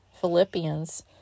Philippians